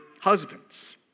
husbands